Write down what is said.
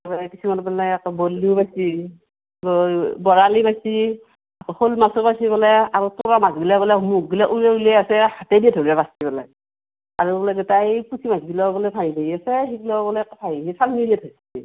তাৰে কিছুমানে বোলে আকৌ বল্লিও পাইছে বৰালি পাইছে শ'ল মাছো পাইছে বোলে আৰু তোৰা মাছ গিলায়ে বোলে মুখ গিলা উইলে উইলে আছে হাতেদি ধৰিব পাচ্ছি বোলে আৰু বোলে গোটাই পুঠি মাছ গিলাও বোলে ভাঁহি ভাঁহি আছে সেইগ্লাও বোলে চালঙিৰে ধৰিছে